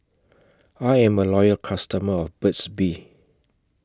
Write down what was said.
I'm A Loyal customer of Burt's Bee